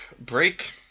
break